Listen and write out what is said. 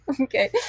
Okay